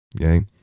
Okay